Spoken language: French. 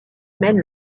mènent